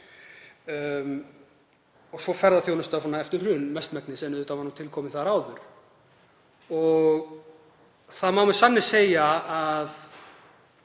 og svo ferðaþjónustan, eftir hrun mestmegnis, en auðvitað var hún til komin áður. Það má með sanni segja að